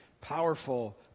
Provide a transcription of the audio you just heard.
Powerful